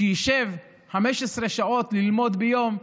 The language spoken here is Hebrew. שישב 15 שעות ללמוד ביום,